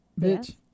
Bitch